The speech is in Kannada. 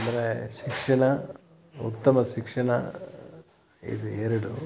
ಅಂದರೆ ಶಿಕ್ಷಣ ಉತ್ತಮ ಶಿಕ್ಷಣ ಇದು ಎರಡು